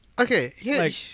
okay